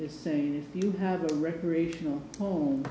is saying if you have a recreational home